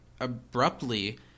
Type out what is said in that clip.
abruptly